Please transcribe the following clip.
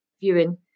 viewing